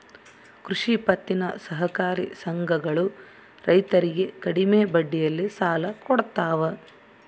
ಕೃಷಿ ಪತ್ತಿನ ಸಹಕಾರಿ ಸಂಘಗಳು ರೈತರಿಗೆ ಕಡಿಮೆ ಬಡ್ಡಿಯಲ್ಲಿ ಸಾಲ ಕೊಡ್ತಾವ